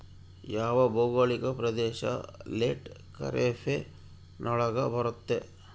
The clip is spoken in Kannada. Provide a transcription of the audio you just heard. ಯಾವ ಭೌಗೋಳಿಕ ಪ್ರದೇಶ ಲೇಟ್ ಖಾರೇಫ್ ನೊಳಗ ಬರುತ್ತೆ?